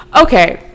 Okay